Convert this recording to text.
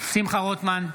שמחה רוטמן,